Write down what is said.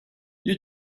you